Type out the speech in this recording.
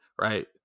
right